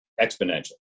exponential